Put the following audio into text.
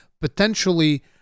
potentially